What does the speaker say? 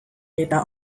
eta